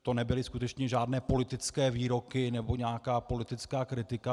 To nebyly skutečně žádné politické výroky nebo nějaká politická kritika.